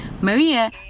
Maria